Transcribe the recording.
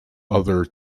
other